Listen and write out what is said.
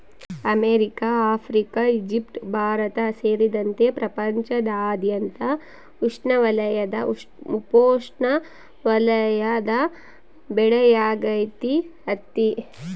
America Africa Egypt Bharat ಸೇರಿದಂತೆ ಪ್ರಪಂಚದಾದ್ಯಂತ ಉಷ್ಣವಲಯದ ಉಪೋಷ್ಣವಲಯದ ಬೆಳೆಯಾಗೈತಿ ಹತ್ತಿ